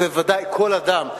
בוודאי כל אדם,